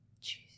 Jesus